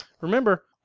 Remember